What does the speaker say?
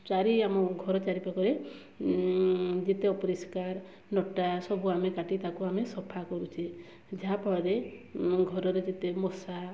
ଚାରି ଆମ ଘର ଚାରିପାଖରେ ଯେତେ ଅପରିଷ୍କାର ଲଟା ସବୁ ଆମେ କାଟି ତାକୁ ଆମେ ସଫା କରୁଛେ ଯାହାଫଳରେ ଆମ ଘରର ଯେତେ ମଶା